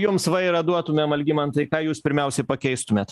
jeigu jums vairą duotumėm algimantai ką jūs pirmiausia pakeistumėt